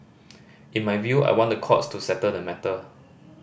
in my view I want the courts to settle the matter